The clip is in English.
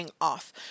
off